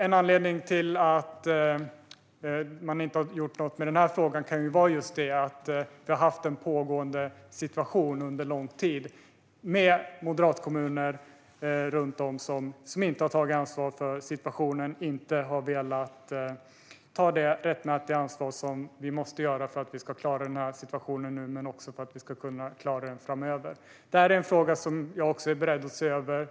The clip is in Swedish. En anledning till att man inte har gjort något när det gäller denna fråga kan vara att vi har haft en pågående situation under lång tid med moderatkommuner runt om i landet som inte har tagit ansvar för situationen och som inte har velat ta det rättmätiga ansvar som vi måste ta för att klara denna situation nu och för att vi också ska kunna klara den framöver. Detta är en fråga som jag också är beredd att se över.